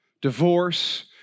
divorce